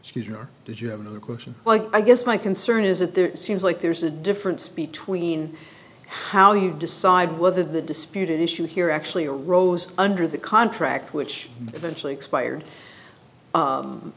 know did you have another question like i guess my concern is that there seems like there's a difference between how you decide whether the disputed issue here actually a rose under the contract which eventually expired